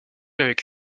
avec